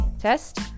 test